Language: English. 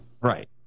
Right